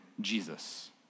Jesus